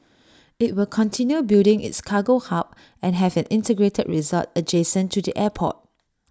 IT will continue building its cargo hub and have an integrated resort adjacent to the airport